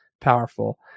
powerful